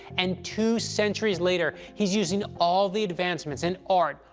and two centuries later, he's using all the advancements in art,